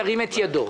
ירים את ידו.